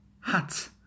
hat